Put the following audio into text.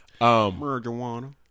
Marijuana